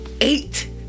eight